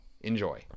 Enjoy